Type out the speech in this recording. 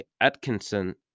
Atkinson